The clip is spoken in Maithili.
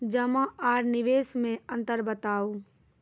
जमा आर निवेश मे अन्तर बताऊ?